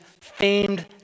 famed